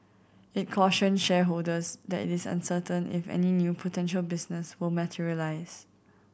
it cautioned shareholders that it is uncertain if any new potential business will materialise